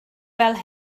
fel